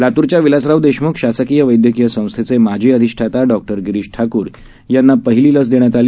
लातूरच्या विलासराव देशमुख शासकीय वैदयकीय संस्थेचे माजी अधिष्ठाता डॉ गिरीष ठाकूर यांना पहिली लस देण्यात आली